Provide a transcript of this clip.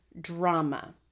DRAMA